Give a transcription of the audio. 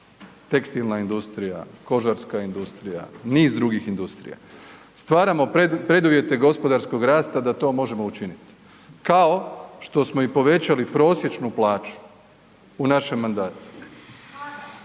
tekstilna industrija, kožarska industrija, niz drugih industrija. Stvaramo preduvjete gospodarskog rasta da to možemo učiniti kao što smo i povećali prosječnu plaću u našem mandatu